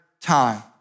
time